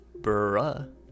Bruh